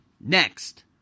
Next